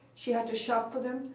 she had to shop for them,